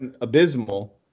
abysmal